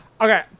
Okay